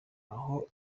aho